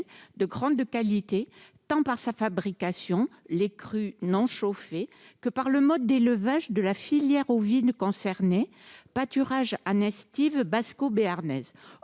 de grande qualité, tant par sa fabrication-du lait cru non chauffé -que par le mode d'élevage de la filière ovine concernée : le pâturage en estives basco-béarnaises.